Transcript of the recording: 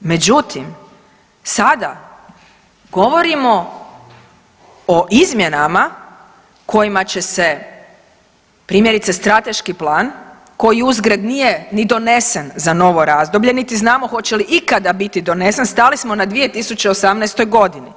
Međutim, sada govorimo o izmjenama kojima će se primjerice strateški plan koji uzgred nije ni donesen za novo razdoblje niti znamo hoće li ikada biti donesen, stali smo na 2018. godini.